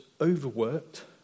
overworked